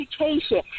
education